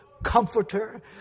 comforter